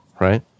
right